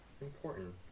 important